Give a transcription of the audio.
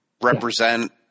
represent